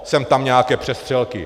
Sem tam nějaké přestřelky.